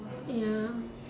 ya